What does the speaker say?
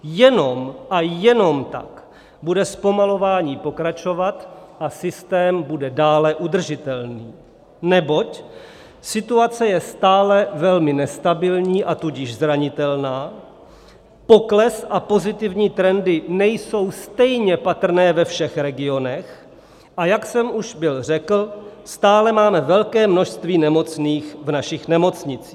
Jenom a jenom tak bude zpomalování pokračovat a systém bude dále udržitelný, neboť situace je stále velmi nestabilní, a tudíž zranitelná, pokles a pozitivní trendy nejsou stejně patrné ve všech regionech, a jak jsem už byl řekl, stále máme velké množství nemocných v našich nemocnicích.